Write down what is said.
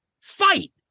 Fight